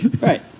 right